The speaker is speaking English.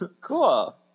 Cool